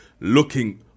looking